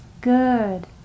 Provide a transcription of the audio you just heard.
good